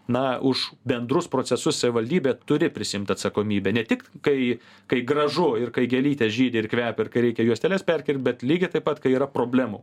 na už bendrus procesus savivaldybė turi prisiimt atsakomybę ne tik kai kai gražu ir kai gėlytės žydi ir kvepia ir kai reikia juosteles perkirpt bet lygiai taip pat kai yra problemų